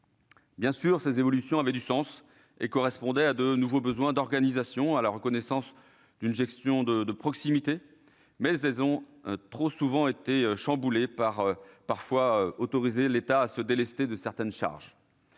Bien sûr, ces évolutions avaient du sens et correspondaient à de nouveaux besoins en matière d'organisation, à la reconnaissance d'une gestion de proximité, mais elles ont été trop souvent chamboulées et ont parfois autorisé l'État à se délester de certaines charges.